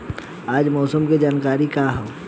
आज मौसम के जानकारी का ह?